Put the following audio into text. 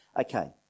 Okay